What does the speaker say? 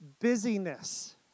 busyness